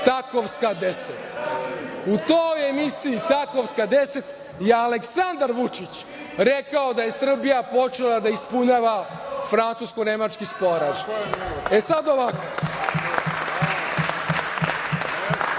„Takovska 10“. U toj emisiji „Takovska 10“ je Aleksandar Vučić rekao da je Srbija počela da ispunjava francusko-nemački sporazum. Sad, ovako,